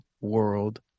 world